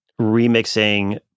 remixing